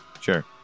sure